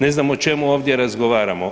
Ne znam o čemu ovdje razgovaramo.